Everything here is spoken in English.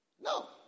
No